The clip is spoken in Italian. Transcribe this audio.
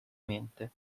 mente